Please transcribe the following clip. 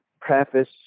preface